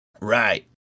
Right